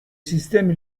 sistemi